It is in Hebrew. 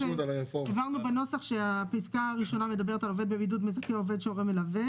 העברנו בנוסח שהפסקה הראשונה מדברת על עובד בבידוד מזכה --- סליחה,